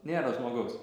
nėra žmogaus